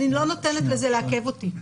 אני לא נותנת לזה לעכב אותי.